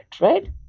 right